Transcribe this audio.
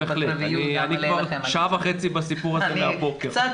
בהחלט, אני כבר שעה וחצי בסיפור הזה מהבוקר.